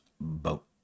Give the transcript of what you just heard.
boat